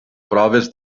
proves